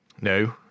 No